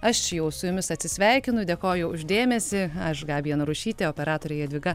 aš jau su jumis atsisveikinu dėkoju už dėmesį aš gabija narušytė operatorė jadvyga